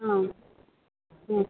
हाँ मस्त